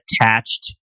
attached